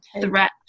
threat